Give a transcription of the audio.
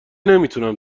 نمیتونم